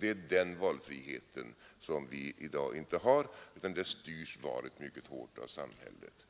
Det är den valfriheten som vi i dag inte har, utan där styrs valet mycket hårt av samhället.